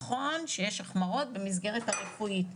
נכון שיש החמרות במסגרת הרפואית,